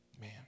Man